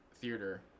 theater